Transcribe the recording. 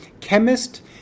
chemist